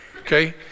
okay